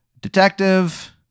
Detective